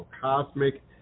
cosmic